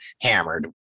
hammered